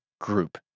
group